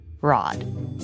Rod